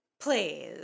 please